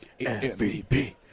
MVP